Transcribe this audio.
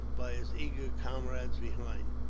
by his eager comrades behind.